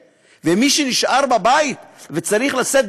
אני רוצה רק לסיים ולהביע הערכה לפעילות ולפעילים של עמותת